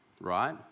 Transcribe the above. right